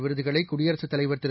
விருதுகளை குடியரசுத் தலைவர் திரு